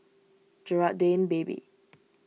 Jerad Dane Baby